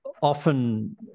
Often